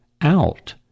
out